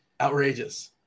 outrageous